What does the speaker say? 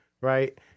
Right